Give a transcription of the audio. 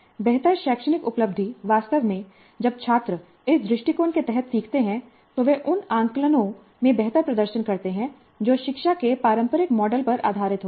बेहतर शैक्षणिक उपलब्धि वास्तव में जब छात्र इस दृष्टिकोण के तहत सीखते हैं तो वे उन आकलनों में बेहतर प्रदर्शन करते हैं जो शिक्षा के पारंपरिक मॉडल पर आधारित होते हैं